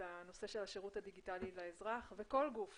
הנושא של השירות הדיגיטלי לאזרח וכל גוף